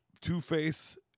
Two-Face